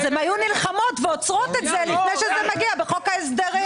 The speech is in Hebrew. אז הן היו נלחמות ועוצרות את זה לפני שזה מגיע בחוק ההסדרים.